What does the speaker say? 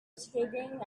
escaping